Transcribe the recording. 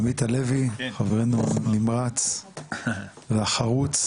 עמית הלוי חברנו הנמרץ והחרוץ.